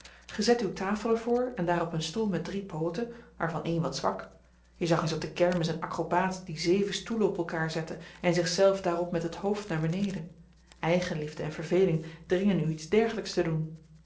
zet uw tafel er voor en daarop een stoel met drie pooten waarvan één wat zwak je zag eens op de kermis een akrobaat die zeven stoelen op elkaar zette en zich zelf daarop met het hoofd naar beneden eigenliefde en verveling dringen u iets dergelyks te doen